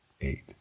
eight